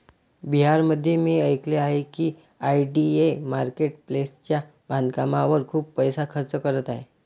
बिहारमध्ये मी ऐकले आहे की आय.डी.ए मार्केट प्लेसच्या बांधकामावर खूप पैसा खर्च करत आहे